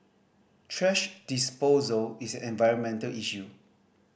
thrash disposal is environmental issue